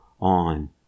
on